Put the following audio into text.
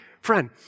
Friend